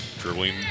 Dribbling